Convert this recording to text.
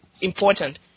important